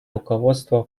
руководство